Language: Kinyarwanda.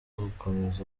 gukomeza